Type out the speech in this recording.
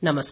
नमस्कार